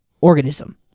organism